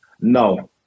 No